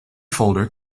folder